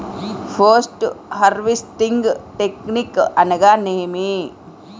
Post harvesting technique అనగా నేమి?